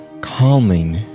calming